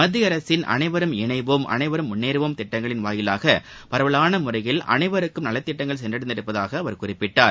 மத்திய அரசின் அனைவரும் இணைவோம் அனைவரும் முன்னேறுவோம் திட்டங்களின் மூலம் பரவலாள முறையில் அனைவருக்கும் நலத்திட்டங்கள் சென்றடைந்திருப்பதாக அவர் குறிப்பிட்டார்